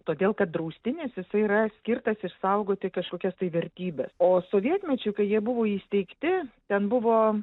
todėl kad draustinis jisai yra skirtas išsaugoti kažkokias tai vertybes o sovietmečiu kai jie buvo įsteigti ten buvo